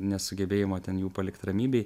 nesugebėjimo ten jų palikt ramybėj